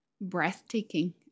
breathtaking